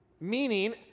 Meaning